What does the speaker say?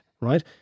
right